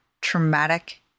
traumatic